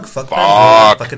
Fuck